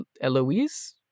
Eloise